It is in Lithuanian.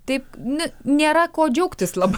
taip n nėra ko džiaugtis labai